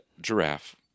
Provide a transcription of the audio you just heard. giraffe